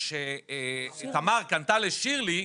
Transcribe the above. הכיסא שתמר קנתה לשירלי,